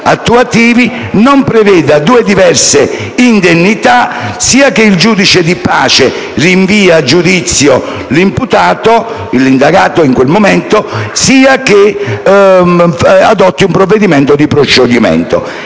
attuativi, non preveda due diverse indennità, sia che il giudice di pace rinvii a giudizio l'imputato (l'indagato in quel momento) sia che adotti un provvedimento di proscioglimento.